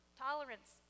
tolerance